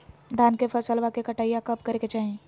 धान के फसलवा के कटाईया कब करे के चाही?